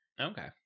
Okay